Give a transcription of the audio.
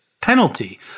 penalty